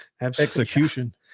Execution